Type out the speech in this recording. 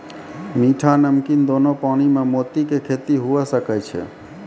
मीठा, नमकीन दोनो पानी में मोती के खेती हुवे सकै छै